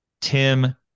tim